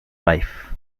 wife